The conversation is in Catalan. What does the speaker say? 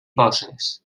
posis